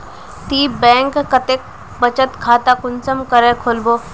ती बैंक कतेक बचत खाता कुंसम करे खोलबो?